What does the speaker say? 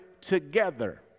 together